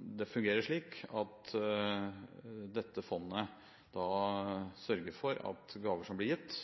Det fungerer slik at dette fondet sørger for at gaver som blir gitt